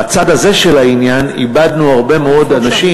בצד הזה של העניין איבדנו הרבה מאוד אנשים